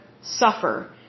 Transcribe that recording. suffer